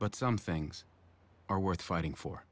but some things are worth fighting for